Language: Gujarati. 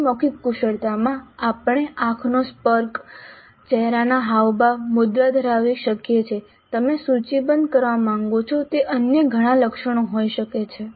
બિન મૌખિક કુશળતામાં આપણે આંખનો સંપર્ક ચહેરાના હાવભાવ મુદ્રા ધરાવી શકીએ છીએ તમે સૂચિબદ્ધ કરવા માંગો છો તે અન્ય ઘણા લક્ષણો હોઈ શકે છે